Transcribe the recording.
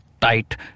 tight